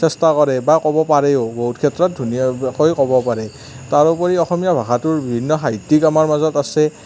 চেষ্টা কৰে বা ক'ব পাৰেও বহুত ক্ষেত্ৰত ধুনীয়াকৈ ক'ব পাৰে তাৰোপৰি অসমীয়া ভষাটোৰ বিভিন্ন সাহিত্যিক আমাৰ মাজত আছে